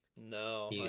No